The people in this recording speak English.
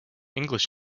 english